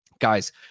Guys